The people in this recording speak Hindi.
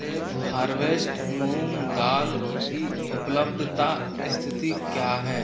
सेफ़ हार्वेस्ट मूँग दाल की उपलब्धता स्थिति क्या है